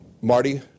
Marty